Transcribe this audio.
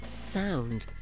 sound